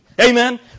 Amen